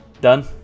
Done